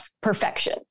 perfection